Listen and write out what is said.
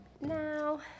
now